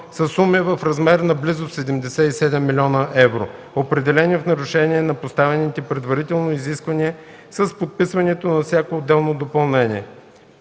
със суми в размер на близо 77 млн. евро, определени в нарушение на поставените предварително изисквания с подписването на всяко отделно допълнение.